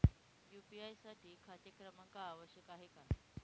UPI साठी खाते क्रमांक आवश्यक आहे का?